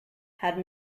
had